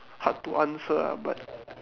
hard to answer ah but